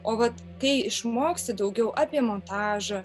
o vat kai išmoksti daugiau apie montažą